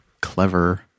Clever